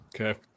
Okay